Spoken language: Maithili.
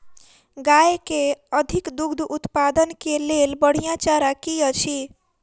गाय केँ अधिक दुग्ध उत्पादन केँ लेल बढ़िया चारा की अछि?